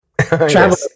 Travel